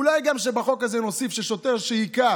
אולי בחוק הזה נוסיף ששוטר שהכה